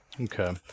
Okay